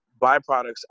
byproducts